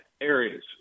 areas